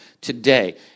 today